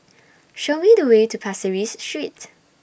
Show Me The Way to Pasir Ris Street